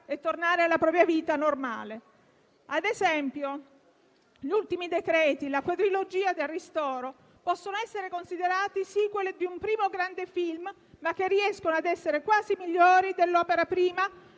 e tornare alla propria vita normale. Ad esempio, gli ultimi decreti - mi riferisco alla quadrilogia del ristoro - possono essere considerati *sequel* di un primo grande film, ma riescono a essere quasi migliori dell'opera prima